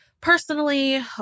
personally